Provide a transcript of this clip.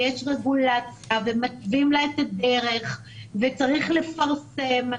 ויש רגולציה ומתווים להם את הדרך וצריך לפרסם.